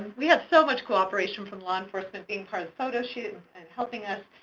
we have so much cooperation from law enforcement being part of the photoshoots and helping us.